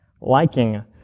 Liking